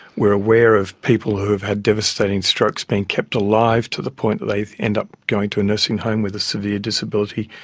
we are aware of people who have had devastating strokes being kept alive to the point that they end up going into a nursing home with a severe disability,